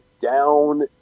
down